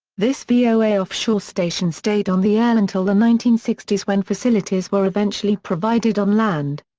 this voa offshore station stayed on the air until the nineteen sixty s when facilities were eventually provided on land.